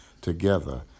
together